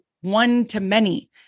one-to-many